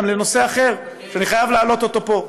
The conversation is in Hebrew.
גם לנושא אחר שאני חייב להעלות פה: